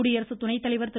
குடியரசுத்துணைத்தலைவர் திரு